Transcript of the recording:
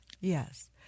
Yes